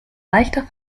leichter